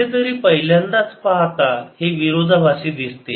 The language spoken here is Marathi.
कसेतरी पहिल्यांदाच पाहता हे विरोधाभासी दिसते